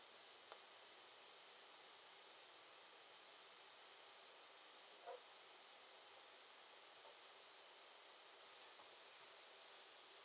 so